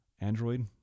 Android